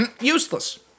useless